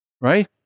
right